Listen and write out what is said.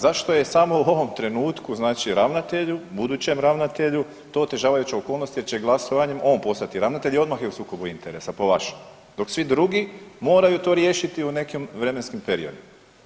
Zašto je samo u ovom trenutku znači ravnatelju, budućem ravnatelju to otežavajuća okolnost jer će glasovanjem on postati ravnatelj i odmah je u sukobu interesa, po vašem, dok svi drugi moraju to riješiti u nekim vremenskim periodima.